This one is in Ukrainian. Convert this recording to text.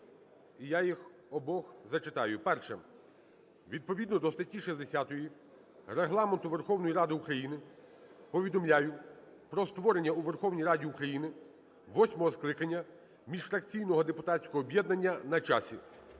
і я їх обох зачитаю. Перше. Відповідно до статті 60 Регламенту Верховної Ради України повідомляю про створення у Верховній Раді України восьмого скликання міжфракційного депутатського об'єднання "На часі".